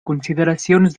consideracions